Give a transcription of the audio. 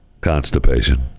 constipation